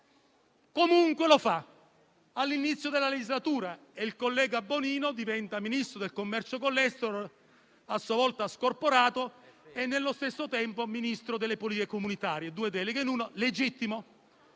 Comunque lo fa all'inizio della legislatura e la collega Bonino diventa Ministro per il commercio internazionale, a sua volta scorporato e, allo stesso tempo, Ministro per le politiche europee, due deleghe in una; legittimo,